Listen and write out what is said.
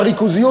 והריכוזיות,